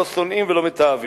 לא שונאים ולא מתעבים.